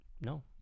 No